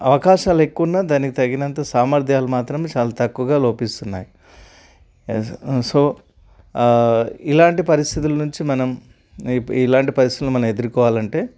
అవకాశాలు ఎక్కువున్నా దానికి తగినంత సామర్థ్యాలు మాత్రం చాలా తక్కువగా లోపిస్తున్నాయి యా సో ఇలాంటి పరిస్థితుల నుంచి మనం ఇప్ ఇలాంటి పరిస్థితులు మనం ఎదుర్కోవాలంటే